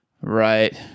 Right